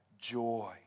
joy